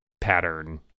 pattern